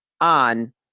on